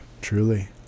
truly